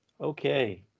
Okay